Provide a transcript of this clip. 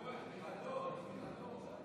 בבקשה.